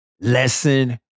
Lesson